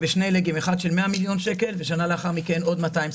בשנה אחת 100 מיליון שקלים ושנה לאחר מכן עוד 200 מיליון שקלים.